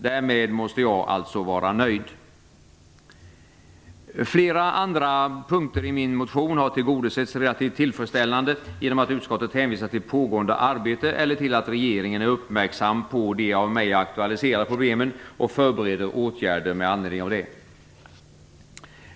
Därmed måste jag alltså vara nöjd. Flera andra punkter i min motion har tillgodosetts relativt tillfredsställande, genom att utskottet hänvisar till pågående arbete eller till att regeringen är uppmärksam på de av mig aktualiserade problemen och förbereder åtgärder med anledning av det.